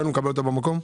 מקבל אותו במקום?